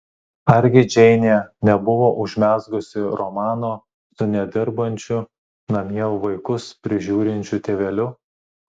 argi džeinė nebuvo užmezgusi romano su nedirbančiu namie vaikus prižiūrinčiu tėveliu